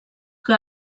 que